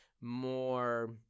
more